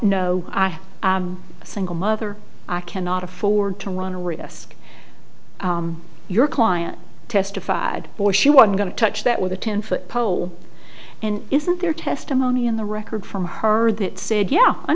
have a single mother i cannot afford to run a risk your client testified for she wasn't going to touch that with a ten foot pole and isn't there testimony in the record from her that said yeah i